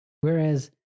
Whereas